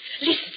Listen